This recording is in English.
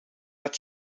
but